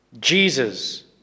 Jesus